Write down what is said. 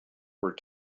were